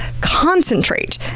concentrate